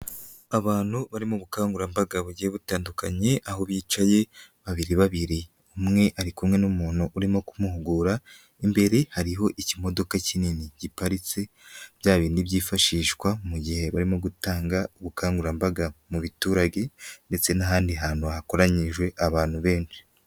Abantu bari mu bukangurambaga bugiye butandukanye, aho bicaye babiri babiri, umwe ari kumwe n'umuntu urimo kumuhugura, imbere hariho ikimodoka kinini giparitse, bya bindi byifashishwa mu gihe barimo gutanga ubukangurambaga mu biturage, ndetse n'ahandi hantu hakoranyije abantu benshi.